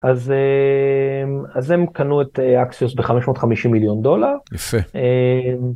אז הם אז הם קנו את אקסיוס ב 550 מיליון דולר. יפה. אה